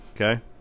Okay